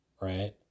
right